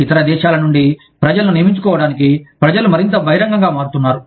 ఇతర దేశాల నుండి ప్రజలను నియమించుకోవటానికి ప్రజలు మరింత బహిరంగంగా మారుతున్నారు